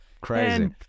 Crazy